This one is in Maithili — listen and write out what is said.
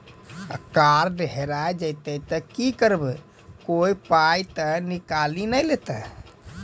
कार्ड हेरा जइतै तऽ की करवै, कोय पाय तऽ निकालि नै लेतै?